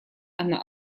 она